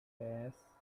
face